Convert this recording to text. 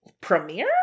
Premiere